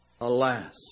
Alas